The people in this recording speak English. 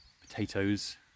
potatoes